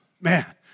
man